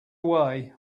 away